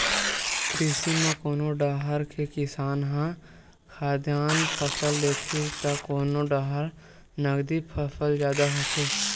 कृषि म कोनो डाहर के किसान ह खाद्यान फसल लेथे त कोनो डाहर नगदी फसल जादा होथे